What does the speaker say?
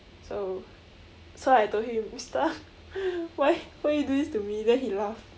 so so I told him mister why why you do this to me then he laugh